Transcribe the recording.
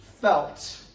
felt